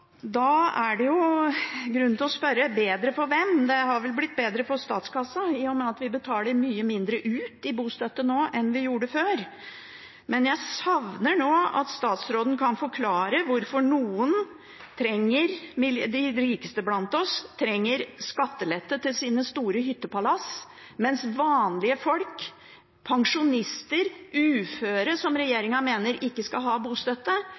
da er det grunn til å spørre: Bedre for hvem? Det har vel blitt bedre for statskassen, i og med at vi betaler mye mindre ut i bostøtte nå enn vi gjorde før. Men jeg savner at statsråden nå kan forklare hvorfor de rikeste blant oss trenger skattelette til sine store hyttepalass, mens vanlige folk, pensjonister og uføre ikke skal få bostøtte